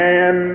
Man